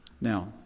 Now